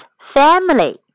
family